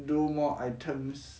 do more items